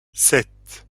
sept